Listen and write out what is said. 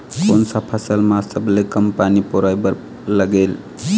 कोन सा फसल मा सबले कम पानी परोए बर लगेल?